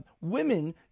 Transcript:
women